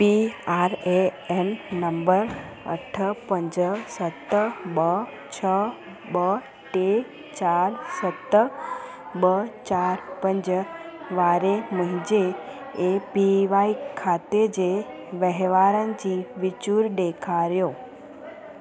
P R A N number अठ पंज सत ॿ छह ॿ टे चारि सत ॿ चारि पंज वारे मुंहिंजे ए पी वाए खाते जे वंहिंवारनि जी विचूरु ॾेखारियो